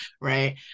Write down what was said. right